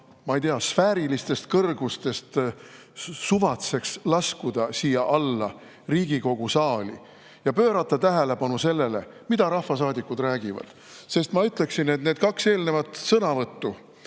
ma ei tea, mis sfääride kõrgustest laskuda siia alla, Riigikogu saali ja pöörata tähelepanu sellele, mida rahvasaadikud räägivad, sest ma ütleksin, et kaks eelnevat sõnavõttu,